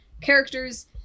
characters